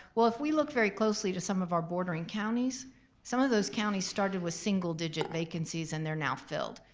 well if we look very closely to some of our bordering counties some of those counties started with single digit vacancies and they're now filled.